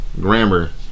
grammar